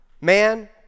man